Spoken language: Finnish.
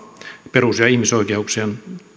perus ja ihmisoikeuksien